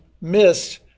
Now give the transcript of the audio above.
missed